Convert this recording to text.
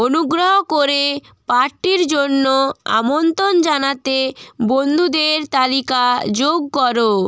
অনুগ্রহ করে পার্টির জন্য আমন্ত্রণ জানাতে বন্ধুদের তালিকা যোগ কর